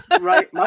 Right